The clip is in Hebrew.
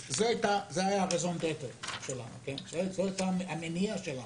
זה היה הרזון דטרה שלנו, זה היה המניע שלנו.